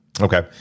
Okay